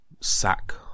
sack